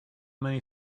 many